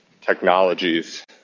technologies